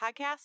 Podcast